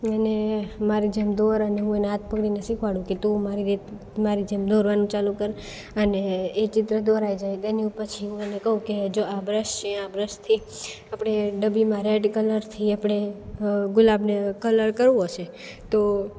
અને મારે જેમ દોરે અને હું એને હાથ પકડીને શિખવાડું કે તું મારી વેત મારી જેમ દોરવાનું ચાલુ કર અને એ ચિત્ર દોરાઈ જાય તો એની પછી હું એને કહું કે જો આ બ્રશ છે આ બ્રશથી આપણે ડબલીમાં રેડ કલરથી આપણે ગુલાબને કલર કરવો છે તો